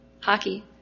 hockey